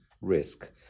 risk